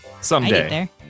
Someday